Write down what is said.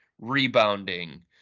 rebounding